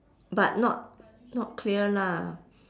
but not not clear lah